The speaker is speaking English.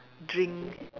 drink